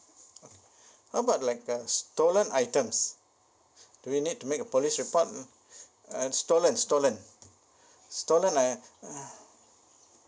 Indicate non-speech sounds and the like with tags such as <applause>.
what about like uh stolen items do we need to make a police report <noise> uh stolen stolen stolen I <breath>